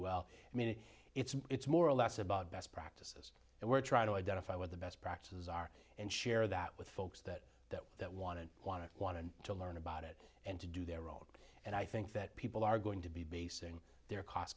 well i mean it's it's more or less about best practice yes and we're trying to identify what the best practices are and share that with folks that that that want to want to want to to learn about it and to do their own and i think that people are going to be basing their cost